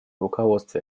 руководстве